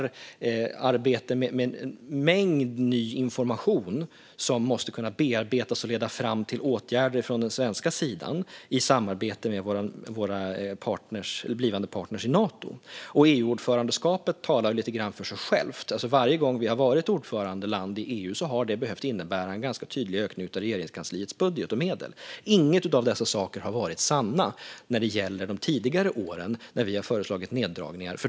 Det blir arbete med en mängd ny information som måste kunna bearbetas och leda fram till åtgärder från den svenska sidan i samarbete med våra blivande partner i Nato. EU-ordförandeskapet talar lite grann för sig självt. Varje gång vi har varit ordförandeland i EU har det behövt innebära en ganska tydlig ökning av Regeringskansliets budget och medel. Inget av detta har varit sant när det gäller de tidigare åren då vi har föreslagit neddragningar.